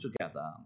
together